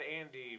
Andy